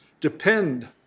depend